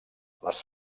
les